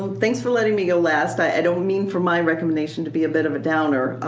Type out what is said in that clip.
thanks for letting me go last. i don't mean for my recommendation to be a bit of a downer